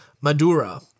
Madura